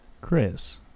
chris